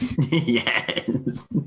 Yes